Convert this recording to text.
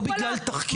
לא בגלל תחקיר.